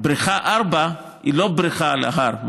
בריכה 4 היא לא בריכה על ההר,